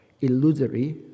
illusory